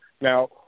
Now